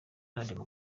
iharanira